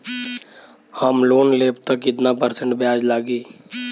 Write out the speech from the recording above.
हम लोन लेब त कितना परसेंट ब्याज लागी?